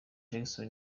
jackson